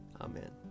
Amen